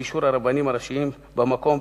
באישור הרבנים הראשיים במקום,